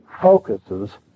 focuses